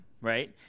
right